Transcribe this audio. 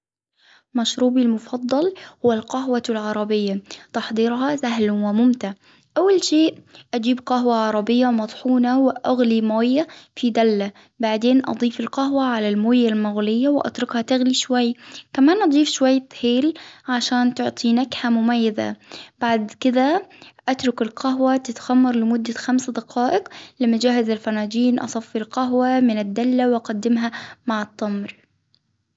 مشروبي المفضل هوالقهوة العربية، تحضيرها سهل وممتع، أول شيء أجيب قهوة عربية مطحونة وأغلي موية في دلة، بعدين أضيف القهوة على الموية المغلية وأتركها تغلي شوية. كمان أضيف شوية هيل عشان تعطي نكهة مميزة، بعد كدة أترك القهوة تتخمر لمدة خمس دقائق لما جهز الفناجين أصفي القهوة من الدلة وأقدمها مع التمر.